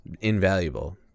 invaluable